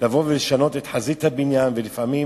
לבוא ולשנות את חזית הבניין, ולפעמים